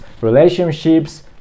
relationships